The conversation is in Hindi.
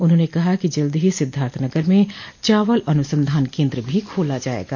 उन्होंने कहा कि जल्द ही सिद्धार्थनगर में चावल अनुसंधान केन्द्र भी खोला जायेगा